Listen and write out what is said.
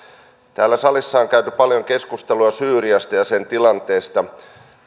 täällä salissa on käyty paljon keskustelua syyriasta ja sen tilanteesta